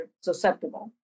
susceptible